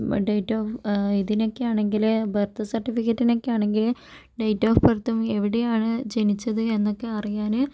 date of ഇതിനൊക്കെയാണെങ്കിൽ birth സർട്ടിഫിക്കറ്റിനൊക്കെ ആണെങ്കിൽ ഡേയ്റ്റ് ഓഫ് ബർത്തും എവിടെയാണ് ജനിച്ചത് എന്നൊക്കെ അറിയാൻ